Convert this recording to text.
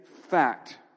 fact